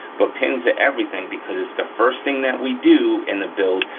but pins are everything, because it's the first thing that we do in the build,